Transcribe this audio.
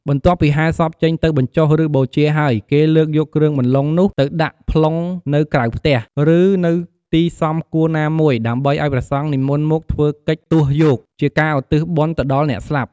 បន្ទាប់ពីហែសពចេញទៅបញ្ចុះ ឬបូជាហើយ គេលើកយកគ្រឿងបន្លុងនោះទៅដាក់ប្លុងនៅក្រៅផ្ទះ ឬនៅទីសមគួរណាមួយ ដើម្បីឱ្យព្រះសង្ឃនិមន្តមកធ្វើកិច្ចទស់យក ជាការឧទ្ទិសបុណ្យទៅដល់អ្នកស្លាប់។